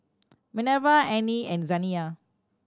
Minerva Arnie and Zaniyah